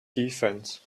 defence